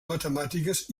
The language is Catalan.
matemàtiques